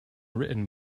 written